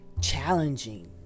challenging